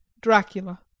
dracula